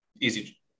Easy